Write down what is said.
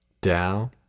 down